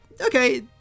Okay